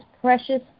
precious